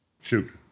Shoot